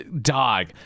Dog